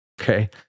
okay